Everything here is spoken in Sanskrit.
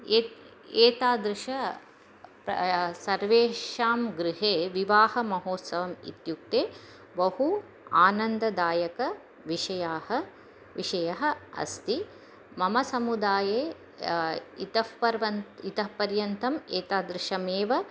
ए एतादृशं सर्वेषां गृहे विवाहमहोत्सवः इत्युक्ते बहु आनन्ददायकविषयाः विषयः अस्ति मम समुदाये इतः पर्वन् इतः पर्यन्तम् एतादृशमेव